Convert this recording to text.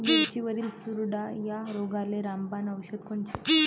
मिरचीवरील चुरडा या रोगाले रामबाण औषध कोनचे?